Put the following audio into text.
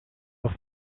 auf